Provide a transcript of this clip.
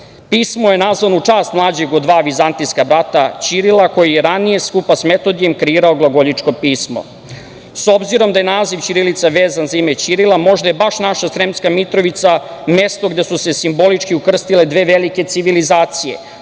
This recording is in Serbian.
Pismo je nazvano u čast mlađeg od dva vizantijska brata – Ćirila, koji je ranije skupa sa Metodijem kreirao glagoljičko pismo.S obzirom da je naziv ćirilica vezan za ime Ćirila, možda je baš naša Sremska Mitrovica mesto gde su se simbolično ukrstile dve velike civilizacije –